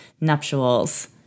nuptials